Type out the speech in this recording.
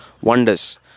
wonders